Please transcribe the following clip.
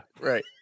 Right